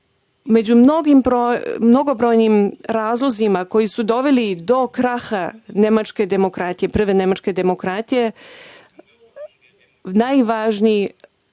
među mnogobrojnim razlozima koji su doveli do kraha nemačke demokratije, prve nemačke demokratije, najvažniji